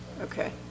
Okay